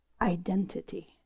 identity